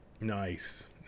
Nice